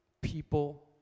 people